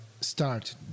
start